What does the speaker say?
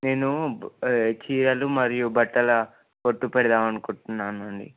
నేను చీరలు మరియు బట్టల కొట్టు పెడదామనుకుంటున్నాను అండి